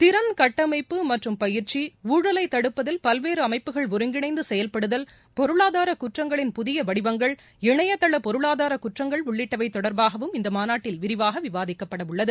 திறன் கட்டமைப்பு மற்றும் பயிற்சி ஊழலை தடுப்பதில் பல்வேறு அமைப்புகள் ஒருங்கிணைந்து செயல்படுதல் பொருளாதார குற்றங்களின் புதிய வடிவங்கள் இணைய தள பொருளாதார குற்றங்கள் உள்ளிட்டவை தொடர்பாகவும் இந்த மாநாட்டில் விரிவாக விவாதிக்கப்படவுள்ளது